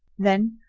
then,